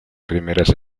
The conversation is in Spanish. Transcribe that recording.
primeras